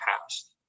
past